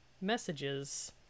messages